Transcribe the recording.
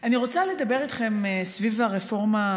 אני רוצה לדבר איתכם סביב הרפורמה,